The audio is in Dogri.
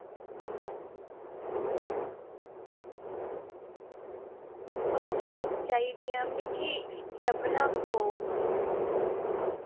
टिकटां चाही दियां मिगी लब्भना पौग